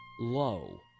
low